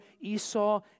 Esau